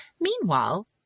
Meanwhile